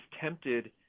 tempted